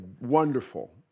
wonderful